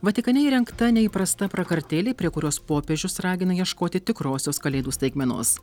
vatikane įrengta neįprasta prakartėlė prie kurios popiežius ragina ieškoti tikrosios kalėdų staigmenos